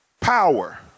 power